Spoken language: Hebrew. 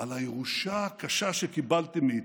על הירושה הקשה שקיבלתם מאיתנו.